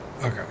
Okay